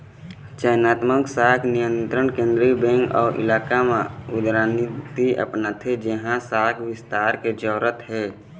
चयनात्मक शाख नियंत्रन केंद्रीय बेंक ओ इलाका म उदारनीति अपनाथे जिहाँ शाख बिस्तार के जरूरत हे